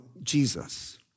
Jesus